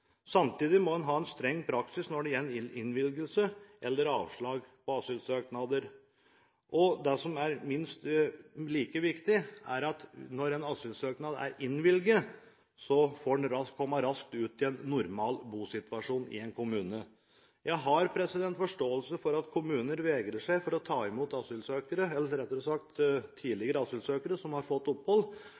Samtidig må en ha streng praksis når det gjelder innvilgelse av eller avslag på asylsøknader. Det som er minst like viktig, er at når en asylsøknad er innvilget, må en få komme raskt ut i en normal bosituasjon i en kommune. Jeg har forståelse for at kommuner vegrer seg for å ta imot asylsøkere – eller rettere sagt tidligere asylsøkere som har fått opphold